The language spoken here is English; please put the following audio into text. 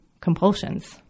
compulsions